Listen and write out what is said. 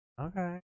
Okay